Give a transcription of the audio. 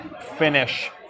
finish